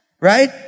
Right